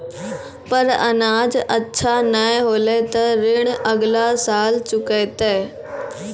पर अनाज अच्छा नाय होलै तॅ ऋण अगला साल चुकैतै